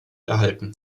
erhalten